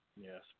Yes